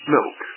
Milk